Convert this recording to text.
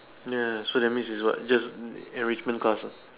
ya so that means is what just enrichment class uh